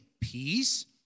peace